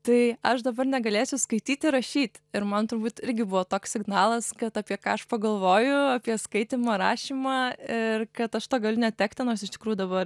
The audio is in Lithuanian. tai aš dabar negalėsiu skaityti rašyt ir man turbūt irgi buvo toks signalas kad apie ką aš pagalvoju apie skaitymą rašymą ir kad aš to galiu netekti nors iš tikrųjų dabar